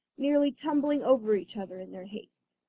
nearly tumbling over each other in their haste.